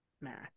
math